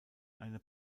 eine